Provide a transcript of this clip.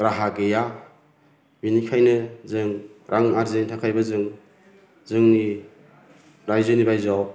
राहा गैया बिनिखायनो जों रां आर्जिनो थाखायबो जों जोंनि राज्योनि बायजोआव